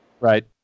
Right